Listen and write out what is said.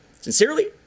Sincerely